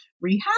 Rehab